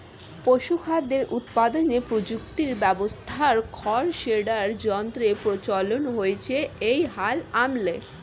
পশুখাদ্য উৎপাদনের প্রযুক্তি ব্যবস্থায় খড় শ্রেডার যন্ত্রের প্রচলন হয়েছে এই হাল আমলে